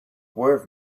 worth